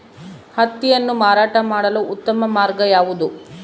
ಹತ್ತಿಯನ್ನು ಮಾರಾಟ ಮಾಡಲು ಉತ್ತಮ ಮಾರ್ಗ ಯಾವುದು?